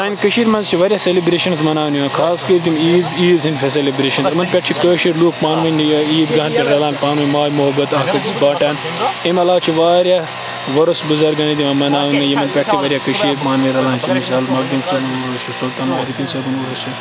سانہِ کشیٖرِ منٛز چھِ واریاہ سیلبریشَن مَناونہٕ یِوان خاص کَر یٕم عیٖذ ہٕندۍ سیلبریشَن یمَن پیٹھ چھِ کٲشر لُکھ پانہٕ ؤنۍ عیٖد گاہن پٕیٹھ رَلان تہٕ پانہٕ ؤنۍ مایہِ محبت اکھ أکِس بانٹان امہِ علاوٕ چھِ واریاہ ؤرُس بُزرگن ہٕندۍ یِوان مَناونہٕ یِمن پیٹھ تہِ واریاہ کٔشیٖرِ پانہٕ ؤنۍ رَلان چھِ مِثال مخدُم صٲبُن ورُس چھُ سُلطانُ العارٕفیٖن صٲبُن ؤرُس چھُ